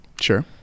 Sure